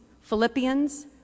Philippians